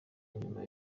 nyuma